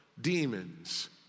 demons